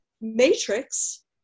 matrix